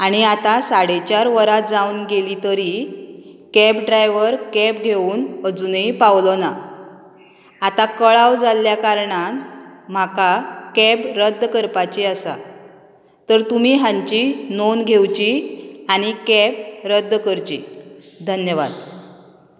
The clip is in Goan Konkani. आनी आतां साडे चार वरां जावन गेली तरी कॅब ड्रायव्हर केब घेवून अजूनय पावलो ना आतां कळाव जाल्या कारणान म्हाका कॅब रद्द करपाची आसा तर तुमी हांची नोंद घेवची आनी कॅब रद्द करची धन्यवाद